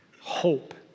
hope